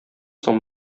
соң